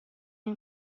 این